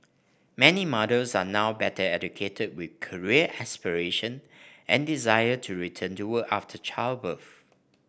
many mothers are now better educated with career aspiration and desire to return to work after childbirth